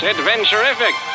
Adventurific